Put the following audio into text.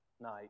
night